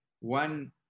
One